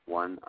one